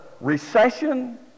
recession